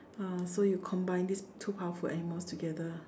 uh so you combine these two powerful animals together